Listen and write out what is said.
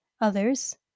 others